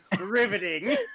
Riveting